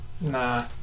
Nah